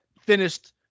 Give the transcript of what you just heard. finished